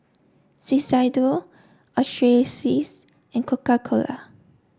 Shiseido and Coca cola